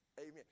Amen